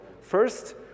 First